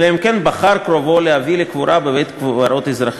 אלא אם כן בחר קרובו להביאו לקבורה בבית-קברות אזרחי.